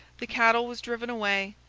the cattle was driven away,